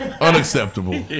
Unacceptable